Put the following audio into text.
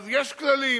אז יש כללים,